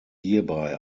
hierbei